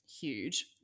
huge